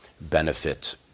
benefit